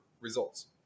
results